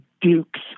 dukes